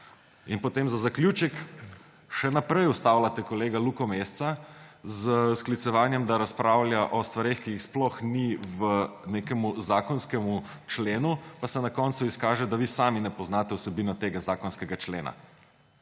In potem za zaključek še naprej ustavljate kolega Luka Meseca s sklicevanjem, da razpravlja o stvareh, ki jih sploh ni v nekem zakonskemu členu, pa se na koncu izkaže, da vi sami ne poznate vsebine tega zakonskega člena.